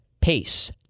pace